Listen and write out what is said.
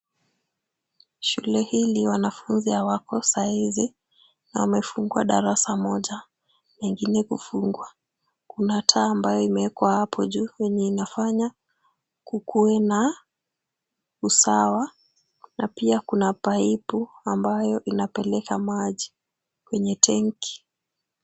Shule hili wanafunzi hawako saa hizi na wamefungua darasa moja, ingine kufungwa. Kuna taa ambayo imewekwa hapo juu yenye inafanya kukuwe na usawa na pia kuna paipu ambayo inapeleka maji kwenye tenki.